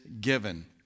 given